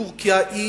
טורקיה היא